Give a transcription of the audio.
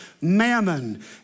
mammon